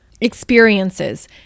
experiences